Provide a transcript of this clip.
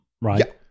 Right